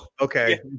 Okay